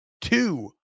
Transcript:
two